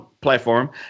platform